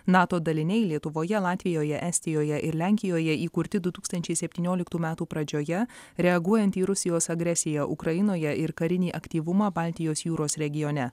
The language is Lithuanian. nato daliniai lietuvoje latvijoje estijoje ir lenkijoje įkurti du tūkstančiai septynioliktų metų pradžioje reaguojant į rusijos agresiją ukrainoje ir karinį aktyvumą baltijos jūros regione